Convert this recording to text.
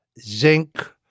zinc